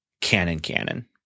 canon-canon